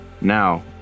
Now